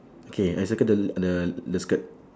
okay I circle the the the skirt